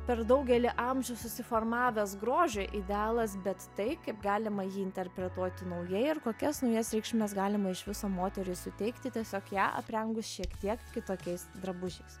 per daugelį amžių susiformavęs grožio idealas bet tai kaip galima jį interpretuoti naujai ir kokias naujas reikšmes galima iš viso moteriai suteikti tiesiog ją aprengus šiek tiek kitokiais drabužiais